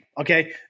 okay